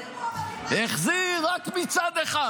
החזיר רק מצד אחד.